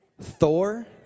Thor